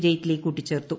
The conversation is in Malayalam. ജെയ്റ്റ്ലി കൂട്ടിച്ചേർത്തു